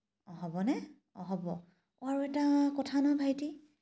হ'বহে অঁ হ'ব অঁ আৰু এটা কথা নহয় ভাইটি